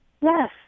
Yes